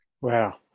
Wow